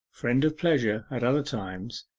friend of pleasure at other times,